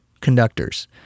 conductors